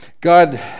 God